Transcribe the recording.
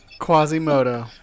Quasimodo